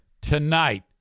tonight